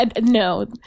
No